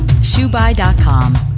ShoeBuy.com